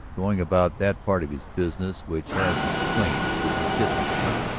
going about that part of his business which has its claims to legitimacy,